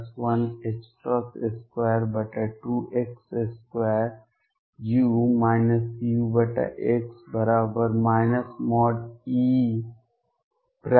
E